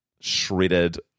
shredded